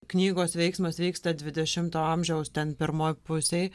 knygos veiksmas vyksta dvidešimto amžiaus ten pirmoj pusėj